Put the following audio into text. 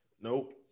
Nope